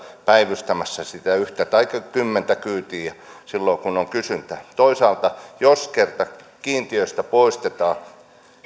päivystämässä sitä yhtä taikka kymmentä kyytiä silloin kun on kysyntää toisaalta jos kerta kiintiöt poistetaan